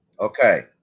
okay